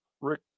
Rick